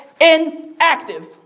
inactive